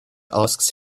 asks